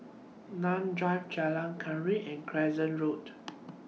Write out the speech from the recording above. Nim Drive Jalan Kenarah and Crescent Road